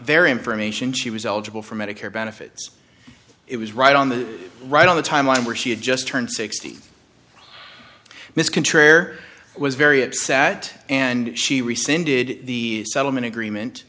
their information she was eligible for medicare benefits it was right on the right on the time line where she had just turned sixty miss contrary or was very upset and she rescinded the settlement agreement